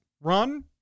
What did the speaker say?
run